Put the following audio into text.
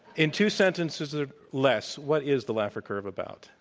in two sentences or less, what is the laffer curve about?